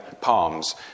palms